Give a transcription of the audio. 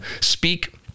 speak